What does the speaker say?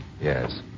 Yes